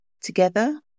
Together